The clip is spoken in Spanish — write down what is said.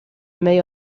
medio